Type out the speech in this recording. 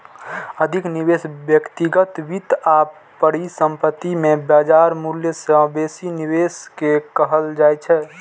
अधिक निवेश व्यक्तिगत वित्त आ परिसंपत्ति मे बाजार मूल्य सं बेसी निवेश कें कहल जाइ छै